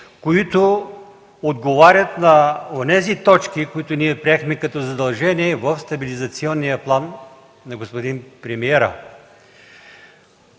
които отговарят на онези точки, които ние приехме като задължение в стабилизационния план на господин премиера.